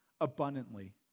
abundantly